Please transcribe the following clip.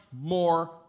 more